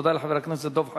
תודה לחבר הכנסת דב חנין.